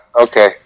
Okay